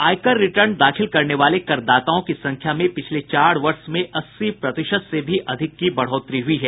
आयकर रिटर्न दाखिल करने वाले करदाताओं की संख्या में पिछले चार वर्ष में अस्सी प्रतिशत से भी अधिक की बढोतरी हुई है